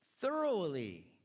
thoroughly